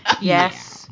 Yes